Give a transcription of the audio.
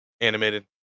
animated